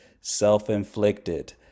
self-inflicted